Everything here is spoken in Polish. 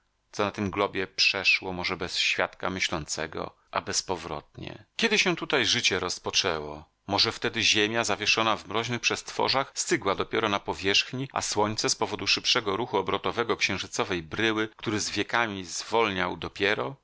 na tym globie przeszło może bez świadka myślącego a bezpowrotnie kiedy się tutaj życie rozpoczęło może wtedy ziemia zawieszona w mroźnych przestworzach stygła dopiero na powierzchni a słońce z powodu szybszego ruchu obrotowego księżycowej bryły który z wiekami zwolniał dopiero